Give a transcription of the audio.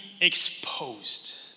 exposed